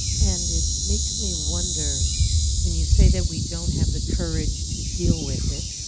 and it makes me wonder when you say that we don't have the courage to deal with it.